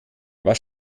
was